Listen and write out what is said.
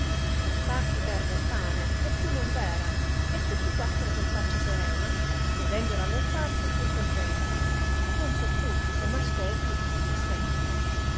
tre parti fer del pane e più non v'era e tutti quattro con faccia serena godendo la lor parte fur contenti non so tu che m'ascolti quel che senti